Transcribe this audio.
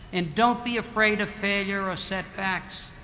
and don't be afraid of failure or setbacks.